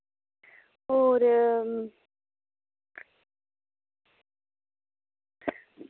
होर